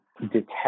detect